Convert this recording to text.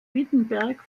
wittenberg